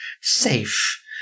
safe